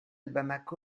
bamako